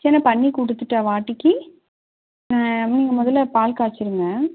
கிச்சனை பண்ணி கொடுத்துட்ட வாட்டிக்கு நீங்கள் முதல்ல பால் காய்ச்சிடுங்க